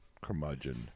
curmudgeon